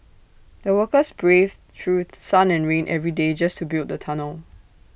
the workers braved through sun and rain every day just to build the tunnel